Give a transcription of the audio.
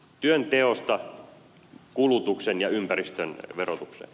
eli työnteosta kulutuksen ja ympäristön verotukseen